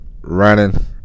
running